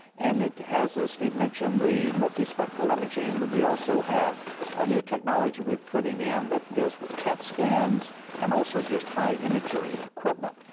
and it has, as steve mentioned, the multi-spectral imaging, but we also have a new technology we are putting in that deals with cat scans and also just high imagery equipment.